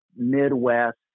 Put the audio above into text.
midwest